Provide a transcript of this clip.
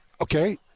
okay